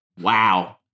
Wow